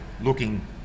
looking